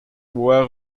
wear